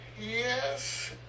Yes